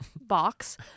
box